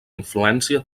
influència